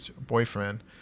boyfriend